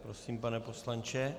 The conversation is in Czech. Prosím, pane poslanče.